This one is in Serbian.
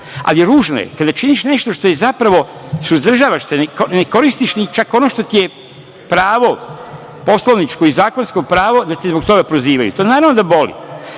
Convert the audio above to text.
ružno je kada činiš nešto što je… zapravo, suzdržavaš se, ne koristiš čak ni ono što ti je pravo po Poslovniku i zakonsko pravo da te zbog toga prozivaju, to naravno da boli.